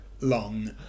long